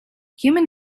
human